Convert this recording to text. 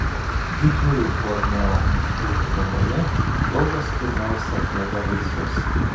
didžiųjų borneo miškų gilumoje kiaulės pirmiausia ėda vaisius